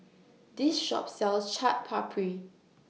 This Shop sells Chaat Papri